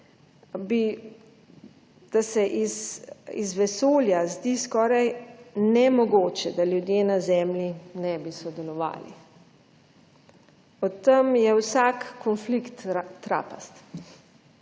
da se iz vesolja zdi skoraj nemogoče, da ljudje na Zemlji ne bi sodelovali, od tam je vsak konflikt trapast